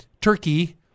Turkey